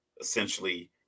essentially